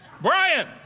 Brian